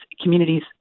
communities